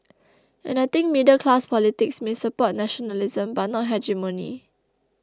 and I think middle class politics may support nationalism but not hegemony